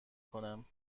کنم